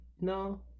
no